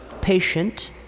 patient